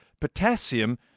Potassium